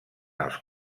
els